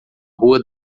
rua